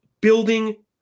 building